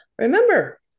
remember